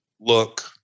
look